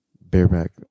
bareback